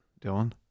Dylan